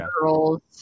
girls